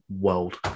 world